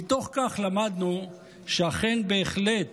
מתוך כך למדנו שאכן בהחלט